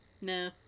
No